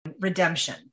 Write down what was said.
redemption